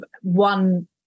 one